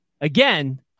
again